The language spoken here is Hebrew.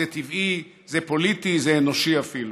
זה טבעי, זה פוליטי, זה אנושי אפילו,